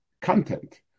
content